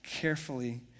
carefully